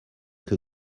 que